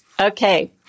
Okay